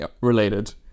related